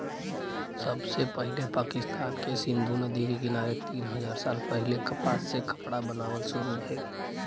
सबसे पहिले पाकिस्तान के सिंधु नदी के किनारे तीन हजार साल पहिले कपास से कपड़ा बनावल शुरू भइल